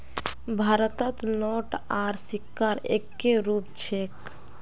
भारतत नोट आर सिक्कार एक्के रूप छेक